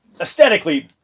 aesthetically